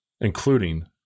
including